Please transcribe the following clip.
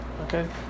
Okay